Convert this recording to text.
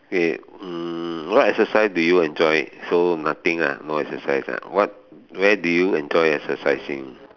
okay mm what exercise do you enjoy so nothing ah no exercise ah what where do you enjoy exercising